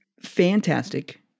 fantastic